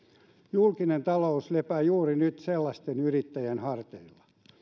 julkinen talous lepää juuri sellaisten yrittäjien harteilla